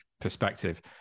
perspective